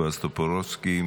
בועז טופורובסקי,